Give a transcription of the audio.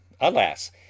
alas